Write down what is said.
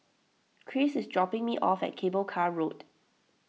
Kris is dropping me off at Cable Car Road